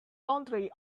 laundry